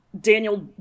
daniel